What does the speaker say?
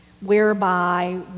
whereby